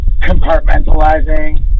compartmentalizing